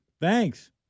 Thanks